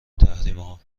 تحریمها